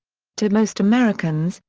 to most americans,